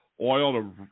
oil